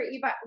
Eva